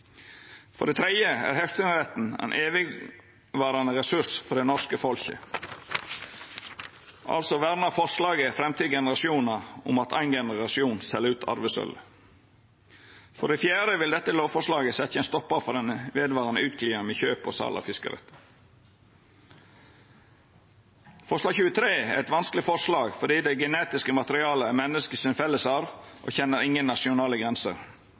For det tredje er hausteretten ein evigvarande ressurs for det norske folket. Altså vernar forslaget framtidige generasjonar dersom éin generasjon sel ut arvesølvet. For det fjerde vil dette lovforslaget setja ein stoppar for den vedvarande utglidinga med kjøp og sal av fiskerettar. Forslag nr. 23 er eit vanskeleg forslag, fordi det genetiske materialet er menneska sin felles arv og ikkje kjenner nokon nasjonale grenser.